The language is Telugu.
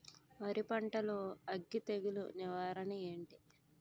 వరి పంటలో అగ్గి తెగులు నివారణ ఏంటి?